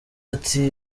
ati